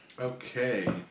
Okay